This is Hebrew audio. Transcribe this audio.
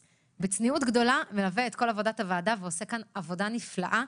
שבצניעות גדולה מלווה את כל עבודת הוועדה ועושה כאן עבודה נפלאה,